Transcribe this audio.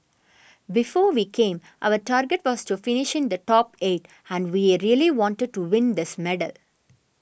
before we came our target was to finish in the top eight and we really wanted to win this medal